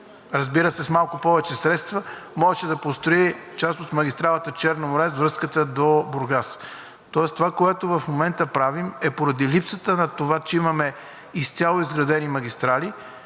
разбира се, с малко повече средства можеше да построи част от магистралата „Черно море“ с връзката до Бургас. Това, което в момента правим, е поради липсата на това, че имаме изцяло изградени магистрали,